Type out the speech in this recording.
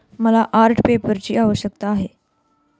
मला आर्ट पेपरची आवश्यकता आहे